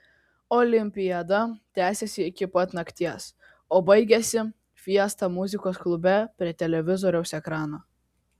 olimpiada tęsėsi iki pat nakties o baigėsi fiesta muzikos klube prie televizoriaus ekrano